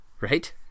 right